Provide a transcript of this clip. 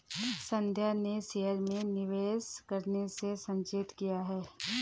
संध्या ने शेयर में निवेश करने से सचेत किया